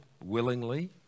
willingly